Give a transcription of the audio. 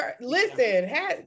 listen